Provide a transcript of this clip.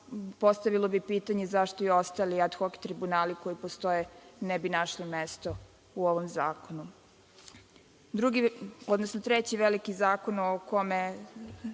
postavilo bi pitanje zašto i ostali ad hok tribunali koji postoje ne bi našli mesto u ovom zakonu. Drugi, odnosno treći veliki zakon o kome